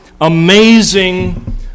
amazing